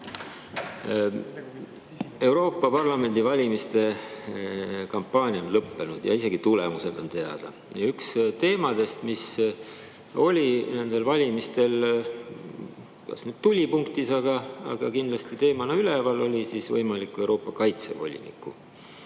Euroopa Parlamendi valimiste kampaania on lõppenud ja isegi tulemused on teada. Üks teemadest, mis oli nendel valimistel kas nüüd tulipunktis, aga kindlasti teemana üleval, oli võimaliku Euroopa kaitsevoliniku